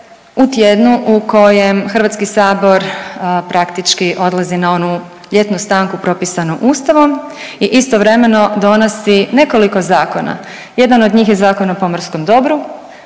u tjednu u kojem HS praktički odlazi na onu ljetnu stanku propisanu Ustavom i istovremeno donosi nekoliko zakona. Jedan od njih je Zakon o pomorskom dobru,